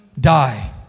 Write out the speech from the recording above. die